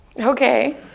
Okay